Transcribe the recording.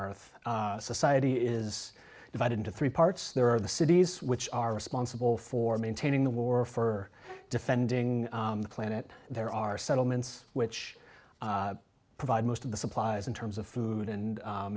earth society is divided into three parts there are the cities which are responsible for maintaining the war for defending the planet there are settlements which provide most of the supplies in terms of food and